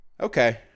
Okay